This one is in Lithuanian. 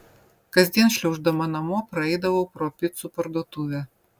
kasdien šliauždama namo praeidavau pro picų parduotuvę